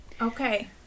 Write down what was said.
Okay